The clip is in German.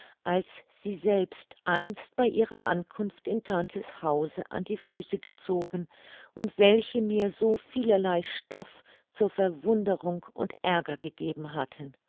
als sie selbst einst bei ihrer ankunft in tante's hause an die füße gezogen und welche mir so vielerlei stoff zur verwunderung und aerger gegeben hatten